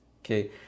okay